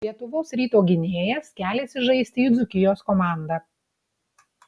lietuvos ryto gynėjas keliasi žaisti į dzūkijos komandą